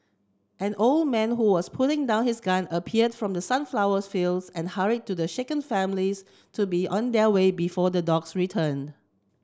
an old man who was putting down his gun appeared from the sunflower fields and hurried the shaken families to be on their way before the dogs return